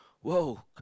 whoa